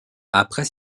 après